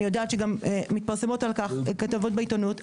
אני יודעת שגם מתפרסמות על כך כתבות בעיתונות,